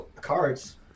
cards